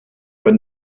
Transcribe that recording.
but